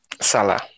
salah